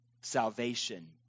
salvation